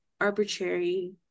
arbitrary